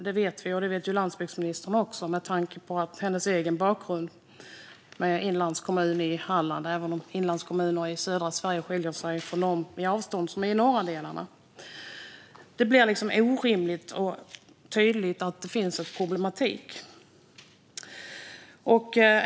Det vet landsbygdsministern också, med tanke på hennes bakgrund i en inlandskommun i Halland - även om avstånden i inlandskommuner i södra Sverige skiljer sig från dem i norra delarna. Men det är tydligt att det finns en problematik.